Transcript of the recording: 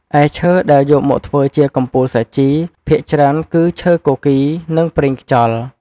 ឯឈើដែលយកមកធ្វើជាកំពូលសាជី ភាគច្រើនគឺ ឈើគគីរ និងប្រេងខ្យល់។